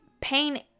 pain